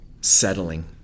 settling